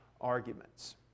arguments